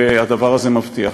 והדבר הזה מבטיח